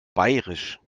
bairisch